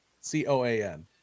C-O-A-N